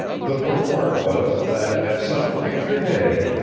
the purport was, that, at some future day,